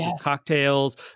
cocktails